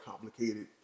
complicated